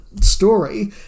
story